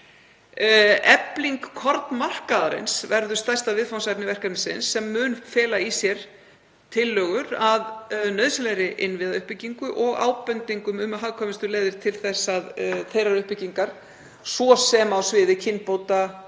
Efling kornmarkaðarins verður stærsta viðfangsefni verkefnisins sem mun fela í sér tillögur að nauðsynlegri innviðauppbyggingu og ábendingum um hagkvæmustu leiðir til þeirrar uppbyggingar, svo sem á sviði kynbóta,